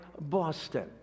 Boston